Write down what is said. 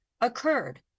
occurred